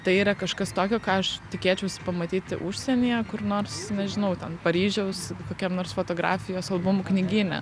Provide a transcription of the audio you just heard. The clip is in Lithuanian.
tai yra kažkas tokio ką aš tikėčiausi pamatyti užsienyje kur nors nežinau ten paryžiaus kokiam nors fotografijos albumų knygyne